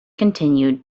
continued